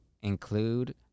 include